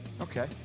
Okay